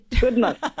goodness